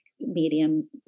medium